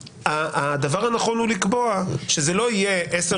הדבר הנכון הוא לקבוע שזה לא יהיה עשר